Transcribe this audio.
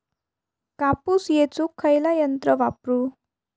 कापूस येचुक खयला यंत्र वापरू?